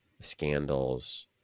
scandals